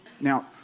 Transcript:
now